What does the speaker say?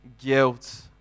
guilt